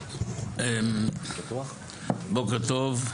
בוקר טוב,